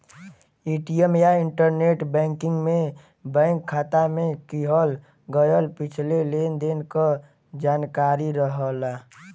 ATM या internet banking में bank खाता में किहल गयल पिछले लेन देन क जानकारी रहला